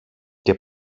και